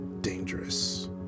dangerous